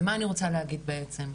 ומה אני רוצה להגיד בעצם?